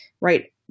right